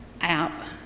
app